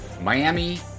Miami